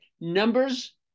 numbers